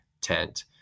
tent